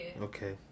Okay